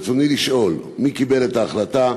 ברצוני לשאול: 1. מי קיבל את ההחלטה?